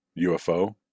ufo